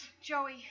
Joey